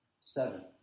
Seven